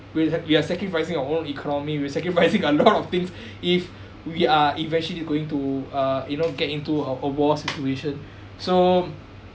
we'll have we are sacrificing our own economy we're sacrificing a lot of things if we are eventually going to uh you know get into uh a war situation so